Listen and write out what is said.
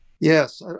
Yes